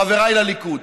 חבריי מהליכוד: